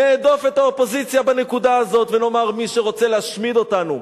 נהדוף את האופוזיציה בנקודה הזאת ונאמר: מי שרוצה להשמיד אותנו,